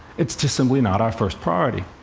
it's just simply not our first priority.